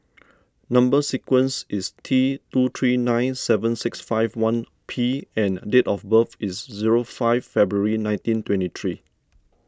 Number Sequence is T two three nine seven six five one P and date of birth is zero five February nineteen twenty three